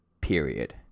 period